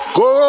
go